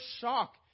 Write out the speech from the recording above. shock